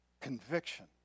conviction